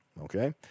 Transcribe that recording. okay